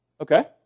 Okay